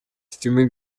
стены